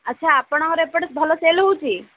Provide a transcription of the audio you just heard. ଆଛା ଆପଣଙ୍କର ଏପଟେ ଭଲ ସେଲ୍ ହେଉଛି